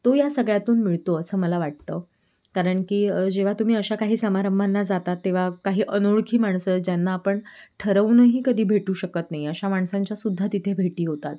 तो या सगळ्यातून मिळतो असं मला वाटतं कारण की जेव्हा तुम्ही अशा काही समारंभांना जाता तेव्हा काही अनोळखी माणसं ज्यांना आपण ठरवूनही कधी भेटू शकत नाही अशा माणसांच्यासुद्धा तिथे भेटी होतात